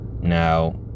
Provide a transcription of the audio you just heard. Now